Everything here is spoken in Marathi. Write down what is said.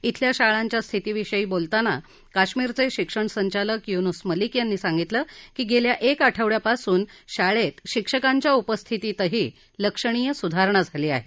शिल्या शाळांच्या स्थितीविषयी बोलताना कश्मीरचे शिक्षण संचालक युनुस मलिक यांनी सांगितलं की गेल्या एक आठवङ्यापासून शाळेत शिक्षकांच्या उपस्थितीतही लक्षणीय सुधारणा झाली आहे